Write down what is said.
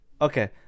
Okay